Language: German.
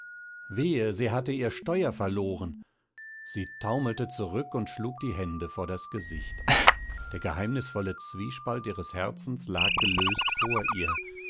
wehe sie hatte ihr steuer verloren sie taumelte zurück und schlug die hände vor das gesicht der geheimnisvolle zwiespalt ihres herzens lag gelöst vor ihr